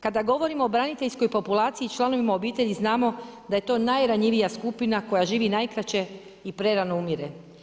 Kada govorimo o braniteljskoj populaciji, članovima obitelji, znamo da je to najranjivija skupina koja živi najkraće i prerano umire.